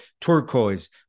turquoise